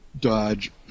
Dodge